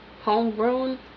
homegrown